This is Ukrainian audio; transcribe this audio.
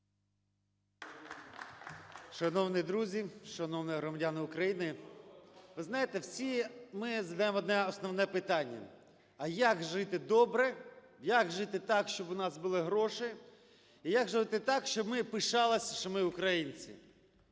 Шановні друзі, шановні громадяни України! Ви знаєте, всі ми задаємо одне основне питання: а як жити добре, як жити так, щоб у нас були гроші і як жити так, щоб ми пишалися, що ми українці?